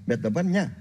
bet dabar ne